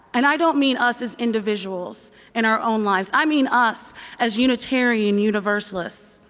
and i don't mean us as individuals in our own lives. i mean us as unitarian universalists?